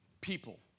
people